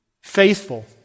faithful